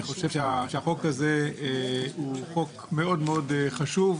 אני חושב שהחוק הזה הוא חוק מאוד מאוד חשוב.